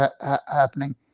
happening